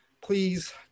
Please